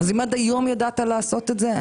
אם עד היום ידעת לעשות את זה,